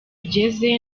ugeze